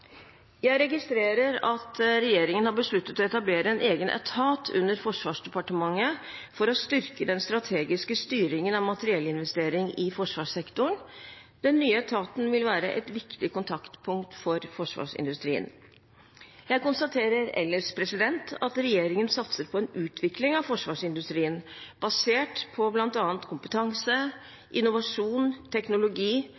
Jeg registrerer at regjeringen har besluttet å etablere en egen etat under Forsvarsdepartementet for å styrke den strategiske styringen av materiellinvestering i forsvarssektoren. Den nye etaten vil være et viktig kontaktpunkt for forsvarsindustrien. Jeg konstaterer ellers at regjeringen satser på en utvikling av forsvarsindustrien basert på